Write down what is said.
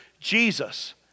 Jesus